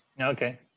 okay